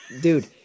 dude